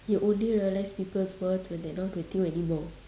you only realise people's words when they're not with you anymore